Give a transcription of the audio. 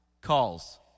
calls